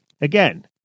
Again